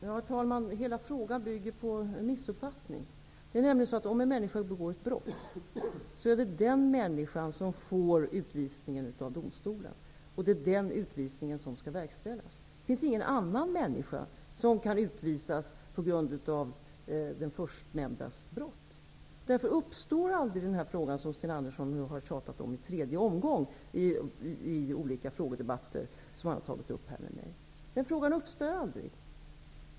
Herr talman! Hela frågan bygger på en missuppfattning. Om en människa begår ett brott, är det den människan som domstolen dömer till att utvisas, och det är den utvisningen som skall verkställas. Det finns ingen annan människa som kan utvisas på grund av den förstnämndes brott. Därför uppstår aldrig den fråga som Sten Andersson i Malmö nu för tredje gången har tjatat om i olika frågedebatter.